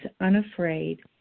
unafraid